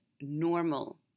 normal